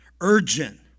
urgent